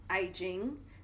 aging